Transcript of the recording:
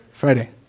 Friday